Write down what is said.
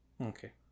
Okay